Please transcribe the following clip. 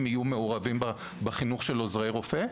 יהיו מעורבים בחינוך של עוזרי רופא,